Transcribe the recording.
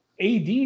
AD